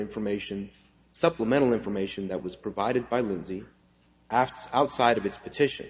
information supplemental information that was provided by lindsay after outside of its petition